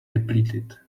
depleted